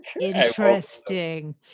interesting